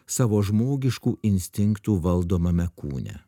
savo žmogiškų instinktų valdomame kūne